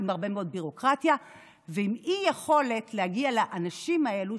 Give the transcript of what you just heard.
עם הרבה מאוד ביורוקרטיה ועם אי-יכולת להגיע לאנשים האלו,